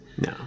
No